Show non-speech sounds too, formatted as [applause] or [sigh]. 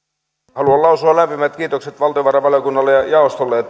haluan lausua lämpimät kiitokset valtiovarainvaliokunnalle ja jaostolle [unintelligible]